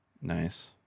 nice